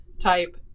type